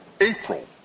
April